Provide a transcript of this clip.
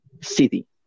city